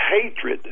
hatred